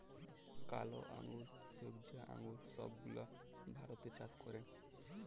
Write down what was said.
কালা আঙ্গুর, ছইবজা আঙ্গুর ছব গুলা ভারতে চাষ ক্যরে